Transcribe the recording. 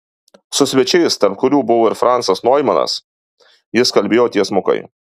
su svečiais tarp kurių buvo ir francas noimanas jis kalbėjo tiesmukai